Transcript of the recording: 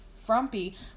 frumpy